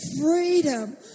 freedom